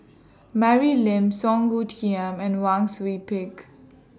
Mary Lim Song Hoot Tiam and Wang Sui Pick